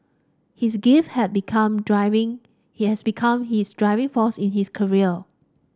his grief had become driving he has become his driving force in his career